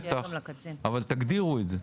אבל תגדירו את זה.